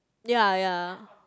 ya ya